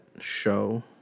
show